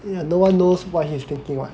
ya no one knows what he's thinking [what]